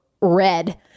red